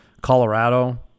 Colorado